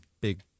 big